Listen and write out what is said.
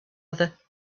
other